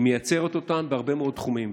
היא מייצרת אותן בהרבה מאוד תחומים.